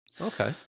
Okay